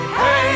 hey